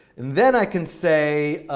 and then i can say,